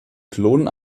klonen